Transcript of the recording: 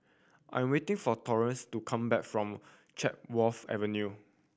I'm waiting for Torrance to come back from Chatsworth Avenue